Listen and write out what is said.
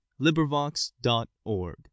LibriVox.org